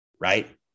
right